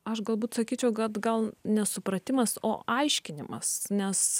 aš galbūt sakyčiau kad gal ne supratimas o aiškinimas nes